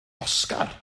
oscar